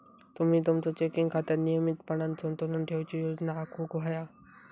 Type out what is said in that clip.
तुम्ही तुमचा चेकिंग खात्यात नियमितपणान संतुलन ठेवूची योजना आखुक व्हया